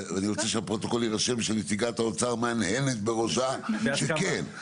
אני רוצה שיירשם בפרוטוקול שנציגת האוצר מהנהנת בראשה שכן,